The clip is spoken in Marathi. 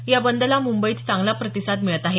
या बंदला मुंबईत चांगला प्रतिसाद मिळत आहे